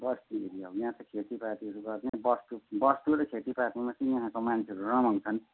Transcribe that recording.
बस्ती area हो यहाँ त खेतीपातीहरू गर्ने बस्तु बस्तु र खेतीपातीमा चाहिँ यहाँको मान्छेहरू रमाउँछन्